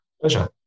Pleasure